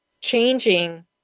changing